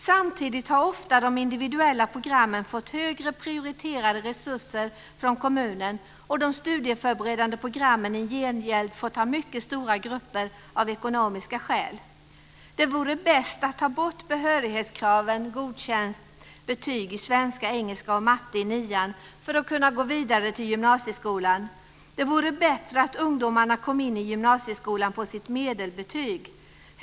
Samtidigt har kommunen ofta prioriterat resurserna till de individuella programmen högre, och de studieförberedande programmen har i gengäld fått ha mycket stora grupper av ekonomiska skäl. Det bästa vore att ta bort behörighetskravet att man ska ha betyget Godkänd i ämnena svenska, engelska och matte i nian för att kunna gå vidare till gymnasieskolan. Det vore bättre om ungdomarna kom in i gymnasieskolan på sitt medelbetyg.